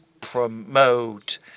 promote